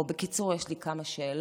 או בקיצור יש לי כמה שאלות,